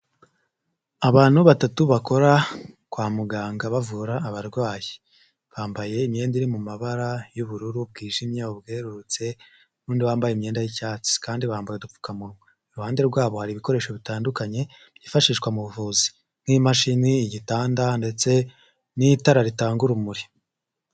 Abantu batatu bakora kwa muganga bavura abarwayi, bambaye imyenda iri mu mabara y'ubururu bwijimye, ubwerurutse n'undi wambaye imyenda y'icyatsi kandi bambaye udupfukamunwa, iruhande rwabo hari ibikoresho bitandukanye byifashishwa mu buvuzi nk'imashini, igitanda ndetse n'itara ritanga urumuri.